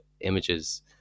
images